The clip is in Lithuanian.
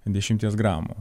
dešimties gramų